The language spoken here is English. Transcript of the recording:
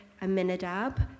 Aminadab